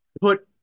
put